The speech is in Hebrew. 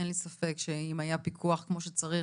אין לי ספק שאם היה פיקוח כמו שצריך,